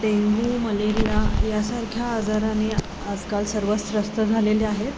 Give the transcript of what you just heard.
dengue malaria यासारख्या आजाराने आजकाल सर्वच त्रस्त झालेले आहेत